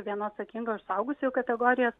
viena atsakinga už suaugusiųjų kategorijas